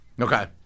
Okay